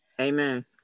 Amen